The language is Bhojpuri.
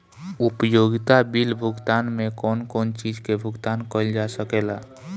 उपयोगिता बिल भुगतान में कौन कौन चीज के भुगतान कइल जा सके ला?